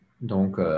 donc